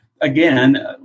again